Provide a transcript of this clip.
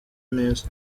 neza